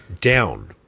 down